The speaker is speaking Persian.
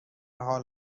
حال